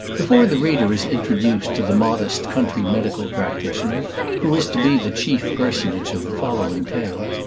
before the reader is introduced to the modest country medical practitioner who is to be the chief personage of the following tale,